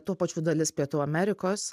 tuo pačiu dalis pietų amerikos